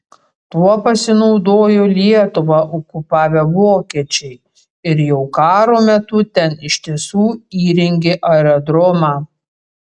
tuo pasinaudojo lietuvą okupavę vokiečiai ir jau karo metu ten iš tiesų įrengė aerodromą